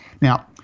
Now